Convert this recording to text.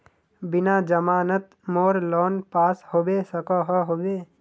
बिना जमानत मोर लोन पास होबे सकोहो होबे?